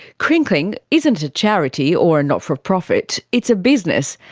crinkling isn't a charity, or a not-for-profit. it's a business.